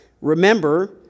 Remember